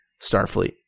Starfleet